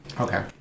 Okay